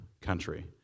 country